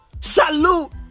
Salute